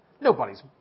Nobody's